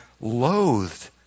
loathed